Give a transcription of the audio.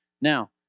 Now